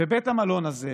בבית המלון הזה